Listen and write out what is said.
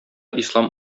ислам